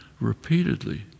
repeatedly